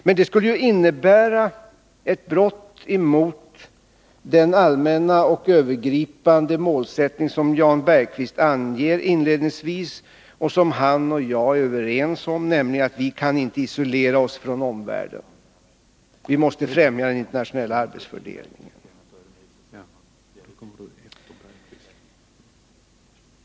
Men det skulle ju innebära ett brott mot den allmänna och övergripande målsättning som Jan Bergqvist angett inledningsvis och som han och jag är överens om, nämligen att vi inte kan isolera oss från omvärlden. Vi måste främja den internationella arbetsfördelningen.